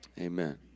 amen